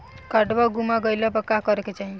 काडवा गुमा गइला पर का करेके चाहीं?